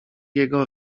jego